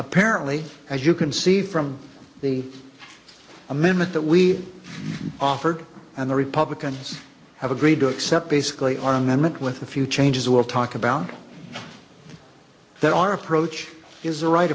apparently as you can see from the amendment that we offered and the republicans have agreed to accept basically our amendment with a few changes we'll talk about that our approach is the right